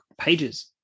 pages